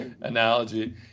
analogy